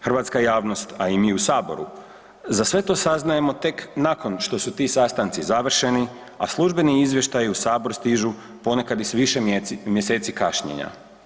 Hrvatska javnost, a i mi u Saboru za sve to saznajemo tek nakon što su ti sastanci završeni, a službeni izvještaj u Sabor stižu ponekad i s više mjeseci kašnjenja.